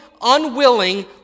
unwilling